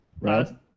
right